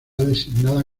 designada